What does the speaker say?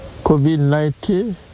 COVID-19